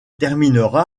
terminera